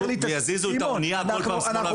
ויזיזו את הגבינה כל הזמן שמאלה וימינה.